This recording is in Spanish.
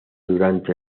durante